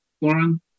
Lauren